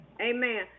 Amen